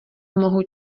mohu